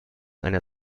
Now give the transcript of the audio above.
einer